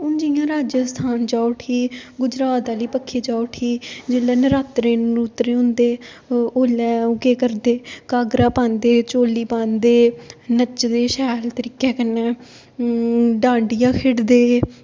हून जियां राज्यस्थान जाओ उठी गुजरात आह्ली बक्खी जाओ उठी जेल्लै नरात्रे नरूत्रे होंदे ओह् ओल्लै ओह् केह् करदे घागरा पांदे चोली पांदे नच्चदे शैल तरीके कन्नै डांडियां खेढदे